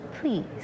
Please